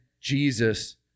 Jesus